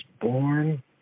born